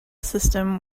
system